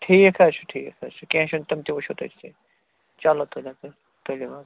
ٹھیٖک حظ چھُ ٹھیٖک حظ چھُ کیٚنٛہہ چھُنہٕ تِم تہِ وٕچھو تٔتتھٕے چلو تُلِو تُل تُلِو حظ